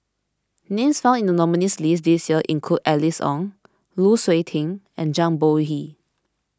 names found in the nominees' list this year include Alice Ong Lu Suitin and Zhang Bohe